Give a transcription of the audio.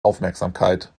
aufmerksamkeit